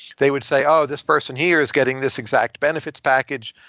they would say, oh, this person. he is getting this exact benefit package.